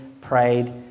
prayed